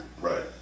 Right